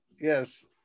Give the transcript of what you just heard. yes